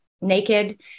naked